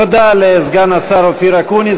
תודה לסגן השר אופיר אקוניס.